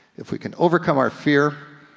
if we can overcome our fear,